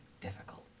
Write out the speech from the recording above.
difficult